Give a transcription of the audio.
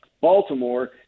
Baltimore